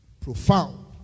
profound